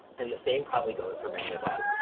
and the same probably goes for many of us.